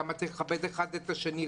כמה צריך לכבד אחד את השני,